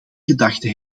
gedachten